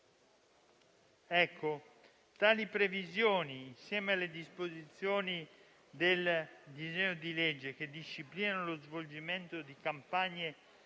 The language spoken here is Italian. Tali previsioni, insieme alle disposizioni del disegno di legge che disciplinano lo svolgimento di campagne